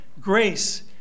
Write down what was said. grace